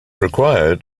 required